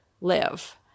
live